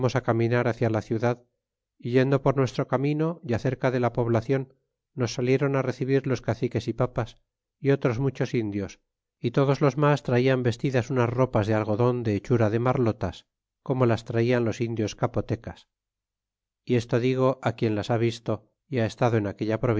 caminar cia la ciudad é yendo por nuestro camino ya cerca de la poblacion nos saliéron recibir los caciques y papas y otros muchos indios é todos os mas traian vestidas unas ropas de algodon de hechura de marlotas como las traian los indios capotecas y esto digo quien las ha visto y ha estado en aquella